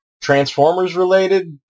Transformers-related